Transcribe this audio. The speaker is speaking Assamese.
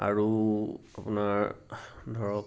আৰু আপোনাৰ ধৰক